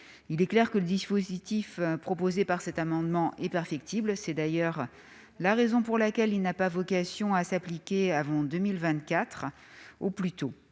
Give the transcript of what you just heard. Il est évident que le dispositif de cet amendement est perfectible. C'est d'ailleurs la raison pour laquelle il n'a pas vocation à s'appliquer avant 2024.